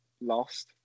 lost